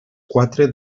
quatre